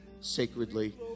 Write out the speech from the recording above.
sacredly